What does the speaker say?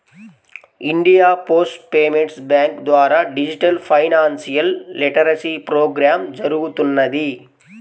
India post payments bank ద్వారా digital financial literacy program జరుగుతున్నది